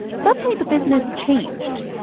suddenly the business changed.